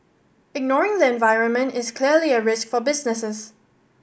ignoring the environment is clearly a risk for businesses